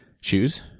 shoes